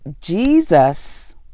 Jesus